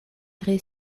tre